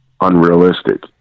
unrealistic